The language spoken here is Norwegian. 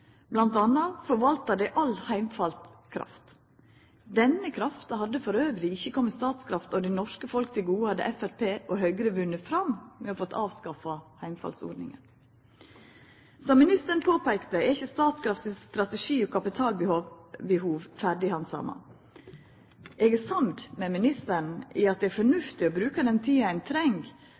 forvaltar dei all heimfallen kraft. Denne krafta hadde ikkje kome Statkraft og det norske folket til gode hadde Framstegspartiet og Høgre vunne fram og fått avskaffa heimfallsordninga. Som ministeren påpeika, er ikkje strategien og kapitalbehovet til Statkraft ferdighandsama. Eg er samd med ministeren i at det er fornuftig å bruka den tida ein treng